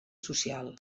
social